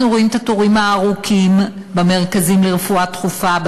אנחנו רואים את התורים הארוכים במרכזים לרפואה דחופה,